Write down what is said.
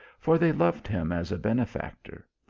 for they loved him as a ben efactor.